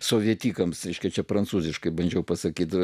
sovietikams aiškiai čia prancūziškai bandžiau pasakyti